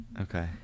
okay